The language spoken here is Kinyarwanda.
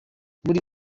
muri